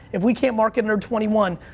if we can't market under twenty one,